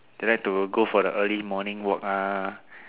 they like to go for the early morning walk ah